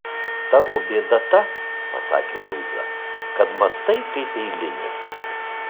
tavo bėda ta pasakė luiza kad mąstai kaip eilinis